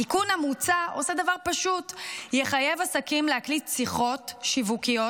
התיקון המוצע עושה דבר פשוט: הוא יחייב עסקים להקליט שיחות שיווקיות,